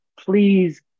please